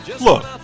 look